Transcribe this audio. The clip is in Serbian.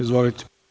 Izvolite.